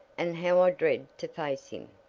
and how i dread to face him!